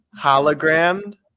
hologrammed